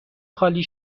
خالی